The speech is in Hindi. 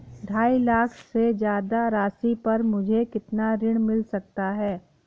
ढाई लाख से ज्यादा राशि पर मुझे कितना ऋण मिल सकता है?